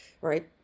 right